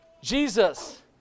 Jesus